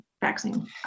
vaccine